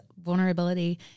vulnerability